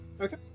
Okay